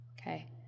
Okay